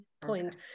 point